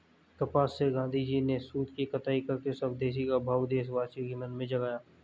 कपास से गाँधीजी ने सूत की कताई करके स्वदेशी का भाव देशवासियों के मन में जगाया